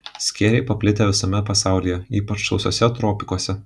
skėriai paplitę visame pasaulyje ypač sausuose tropikuose